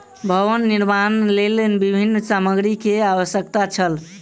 भवन निर्माणक लेल विभिन्न सामग्री के आवश्यकता छल